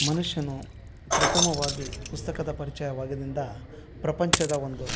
ಮನುಷ್ಯನು ಪ್ರಥಮವಾಗಿ ಪುಸ್ತಕದ ಪರಿಚಯವಾಗಿನಿಂದ ಪ್ರಪಂಚದ ಒಂದು